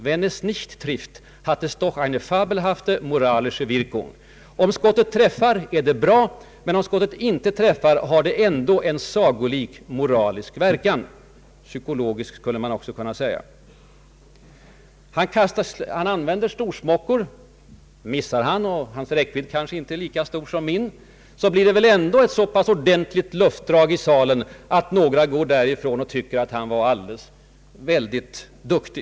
Wenn es nicht trifft, hat es dock eine fabelhafte moralische Wirkung.” Eller i översättning: Om skottet träffar är det bra, men om skottet inte träffar har det ändå en sagolik moralisk verkan. Och psykologisk, skulle man också kunna säga. Herr Palme använder liknande ”storsmockor”. Missar han — och hans räckvidd kanske inte är lika stor som min — så kan han ju alltid trösta sig med att det väl ändå blir ett så pass ordentligt luftdrag i salen att några går därifrån och tycker att han var väldigt duktig!